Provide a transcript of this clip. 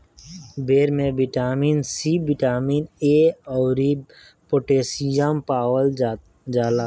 बेर में vitamin C, vitamin A अउरी पोटैशियम पावल जाला